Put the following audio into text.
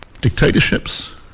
dictatorships